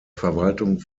verwaltung